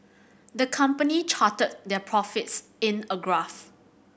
the company charted their profits in a graph